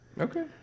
Okay